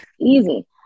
easy